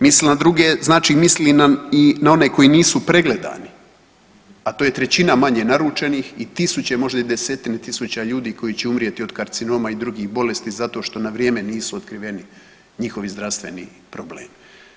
Misli na druge znači misli i na one koji nisu pregledani, a to je trećina manje naručenih i tisuće, možda i desetine tisuća ljudi koji će umrijeti od karcinoma i drugih bolesti zato što na vrijeme nisu otkriveni njihovi zdravstveni problemi.